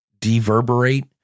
Deverberate